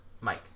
Mike